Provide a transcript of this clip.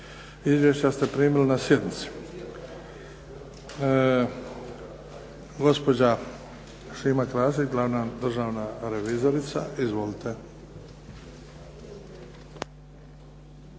Izvješća ste primili na sjednici. Gospođa Šima Krasić, glavna državna revizorica. Izvolite.